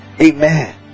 Amen